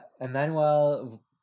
emmanuel